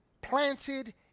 planted